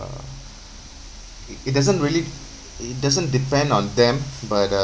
it it doesn't really it doesn't depend on them but uh